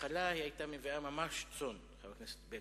ושמו כזה מחפר עגול,